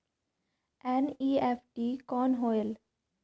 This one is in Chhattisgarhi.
एन.ई.एफ.टी कौन होएल?